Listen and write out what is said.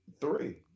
Three